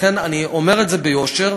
לכן, אני אומר ביושר.